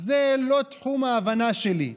זה לא תחום ההבנה שלי,